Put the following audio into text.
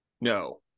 No